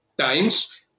times